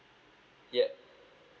yup